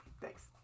Thanks